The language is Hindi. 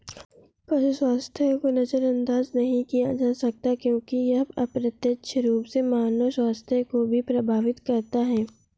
पशु स्वास्थ्य को नजरअंदाज नहीं किया जा सकता क्योंकि यह अप्रत्यक्ष रूप से मानव स्वास्थ्य को भी प्रभावित करता है